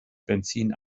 benzin